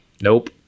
nope